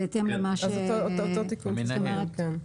בסדר.